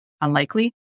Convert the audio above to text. unlikely